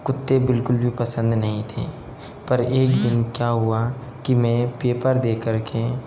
कुत्ते बिल्कुल भी पसंद नहीं थे पर एक दिन क्या हुआ कि मैं पेपर दे कर के